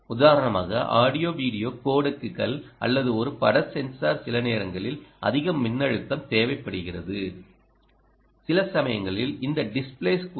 உதாரணமாக audio video கோடெக்குகள் அல்லது ஒரு பட சென்சார் சில நேரங்களில் அதிக மின்னழுத்தம் தேவைப்படுகிறது சில சமயங்களில் இந்த டிஸ்ப்ளேஸ் கூட